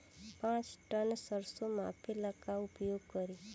पाँच टन सरसो मापे ला का उपयोग करी?